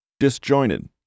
Disjointed